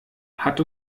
hat